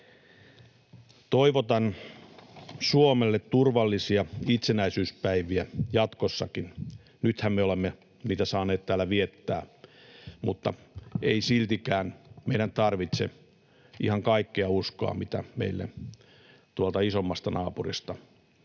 Toivotan Suomelle turvallisia itsenäisyyspäiviä jatkossakin. Nythän me olemme niitä saaneet täällä viettää, mutta siltikään meidän ei tarvitse ihan kaikkea uskoa, mitä meille tuolta isommasta naapurista